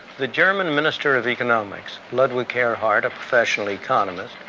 the german minister of economics, ludwig erhard, a professional economist,